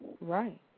Right